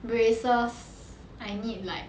braces I need like